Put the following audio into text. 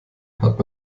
hat